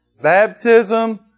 baptism